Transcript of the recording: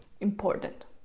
important